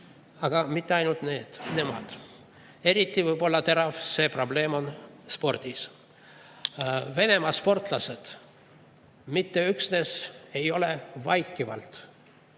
aga mitte ainult nemad. Eriti terav on see probleem spordis. Venemaa sportlased mitte üksnes ei ole vaikivalt